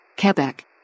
Quebec